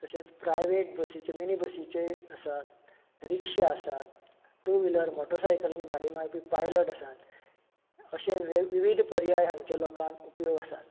तशेंच प्रायवेट बशींचें मिनी बशीचें आसात रिक्षा आसात टू व्हिलर मोटारसायकलींनी भाडीं मारपी पायलट आसात अशे वेग विवीद पर्याय हांगाच्या लोकांक उपयोग आसात